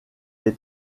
est